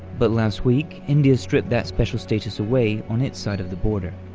but last week, india stripped that special status away on its side of the border,